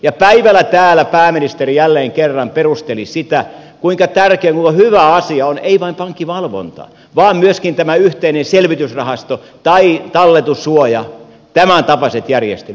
ja päivällä täällä pääministeri jälleen kerran perusteli sitä kuinka tärkeä kuinka hyvä asia on ei vain pankkivalvonta vaan myöskin tämä yhteinen selvitysrahasto tai talletussuoja tämäntapaiset järjestelyt